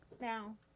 Now